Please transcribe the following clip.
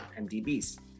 MDBs